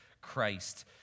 Christ